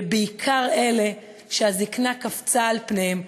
ובעיקר אלה שהזיקנה קפצה על פניהם,